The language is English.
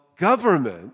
government